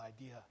idea